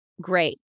Great